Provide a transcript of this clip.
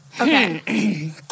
Okay